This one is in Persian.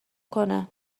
کنه